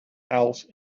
house